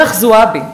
מֶרח זועבי,